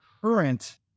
current